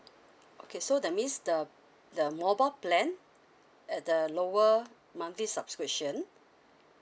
okay so that means the the mobile plan at the lower monthly subscription